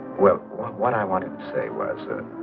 what what i want to say right. so